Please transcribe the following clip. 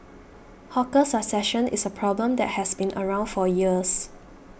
hawker succession is a problem that has been around for years